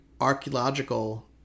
archaeological